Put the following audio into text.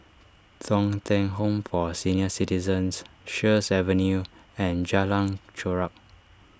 Thong Teck Home for Senior Citizens Sheares Avenue and Jalan Chorak